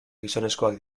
gizonezkoak